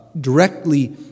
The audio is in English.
directly